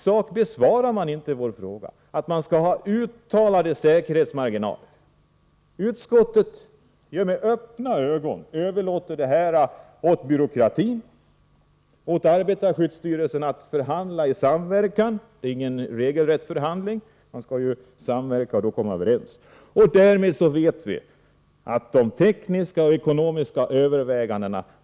Man besvarar inte vår fråga där vi menar att man skall ha uttalade säkerhetsmarginaler. Utskottet överlåter med öppna ögon åt byråkratin och åt arbetarskyddsstyrelsen att förhandla i samverkan. Det är inga regelrätta förhandlingar; man skall ju samverka och då komma överens. Vi vet att kapitalet i regel därmed kommer att stå för de tekniska och ekonomiska övervägandena.